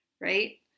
right